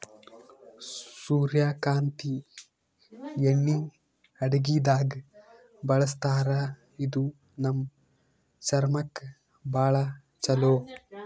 ಸೂರ್ಯಕಾಂತಿ ಎಣ್ಣಿ ಅಡಗಿದಾಗ್ ಬಳಸ್ತಾರ ಇದು ನಮ್ ಚರ್ಮಕ್ಕ್ ಭಾಳ್ ಛಲೋ